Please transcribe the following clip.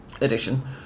edition